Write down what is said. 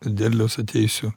derliaus ateisiu